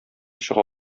чыга